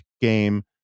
game